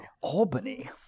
Albany